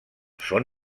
són